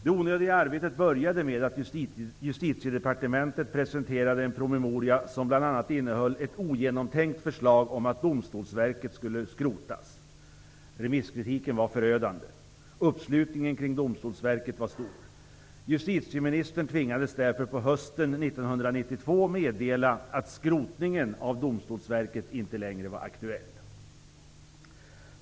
Det onödiga arbetet började med att Justitiedepartementet presenterade en promemoria som bl.a. innehöll ett ogenomtänkt förslag om att Domstolsverket skulle skrotas. Remisskritiken var förödande, och uppslutningen kring Domstolsverket var stor. Justitieministern tvingades därför under hösten 1992 meddela att skrotningen av Domstolsverket inte längre var aktuell.